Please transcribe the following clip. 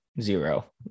zero